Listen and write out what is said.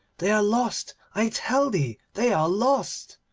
they are lost, i tell thee, they are lost.